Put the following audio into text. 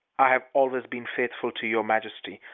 i have always been faithful to your majesty,